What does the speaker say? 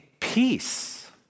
peace